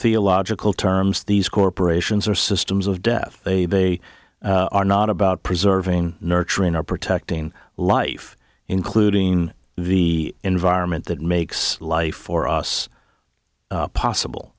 theological terms these corporations are systems of death they are not about preserving nurturing our protecting life including the environment that makes life for us possible